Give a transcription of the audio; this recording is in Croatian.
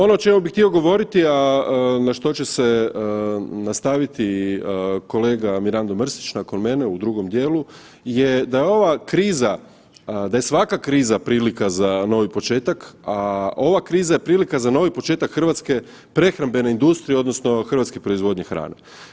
Ono o čemu bih htio govoriti, a na što će se nastaviti kolega Mirando Mrsić nakon mene u drugom dijelu je da je ova kriza, da je svaka kriza prilika za novi početak, a ova kriza je prilika za novi početak hrvatske prehrambene industrije odnosno hrvatske proizvodnje hrane.